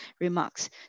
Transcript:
remarks